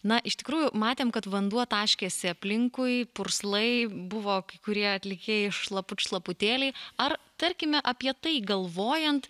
na iš tikrųjų matėm kad vanduo taškėsi aplinkui purslai buvo kai kurie atlikėjai šlaput šlaputėliai ar tarkime apie tai galvojant